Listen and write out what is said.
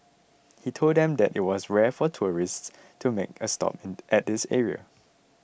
he told them that it was rare for tourists to make a stop at this area